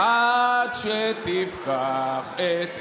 "עד שתפקח את עיניה"